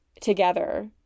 together